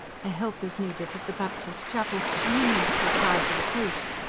a helper's needed at the baptist chapel, and he means to apply for the post.